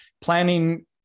planning